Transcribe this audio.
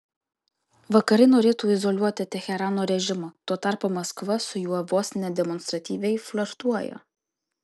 vakarai norėtų izoliuoti teherano režimą tuo tarpu maskva su juo vos ne demonstratyviai flirtuoja